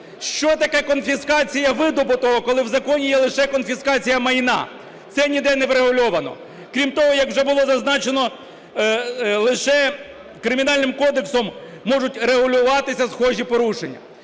Що таке конфіскація видобутого, коли в законі є лише конфіскація майна? Це ніде не врегульовано. Крім того, як вже було зазначено, лише Кримінальним кодексом можуть регулюватися схожі порушення.